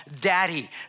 Daddy